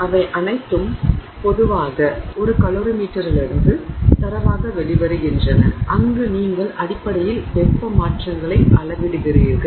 அவை அனைத்தும் பொதுவாக ஒரு கலோரிமீட்டரிலிருந்து தரவாக வெளிவருகின்றன அங்கு நீங்கள் அடிப்படையில் வெப்ப மாற்றங்களை அளவிடுகிறீர்கள்